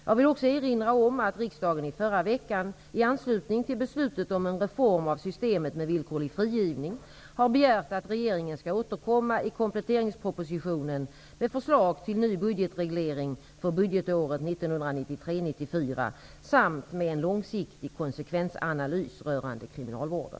Jag vill också erinra om att riksdagen i förra veckan i anslutning till beslutet om en reform av systemet med villkorlig frigivning har begärt att regeringen skall återkomma i kompletteringspropositionen med förslag till ny budgetreglering för budgetåret 1993/94 samt med en långsiktig konsekvensanalys rörande kriminalvården.